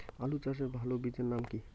আলু চাষের ভালো বীজের নাম কি?